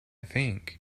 think